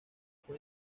fue